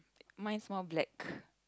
mine is more black